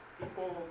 people